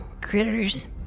critters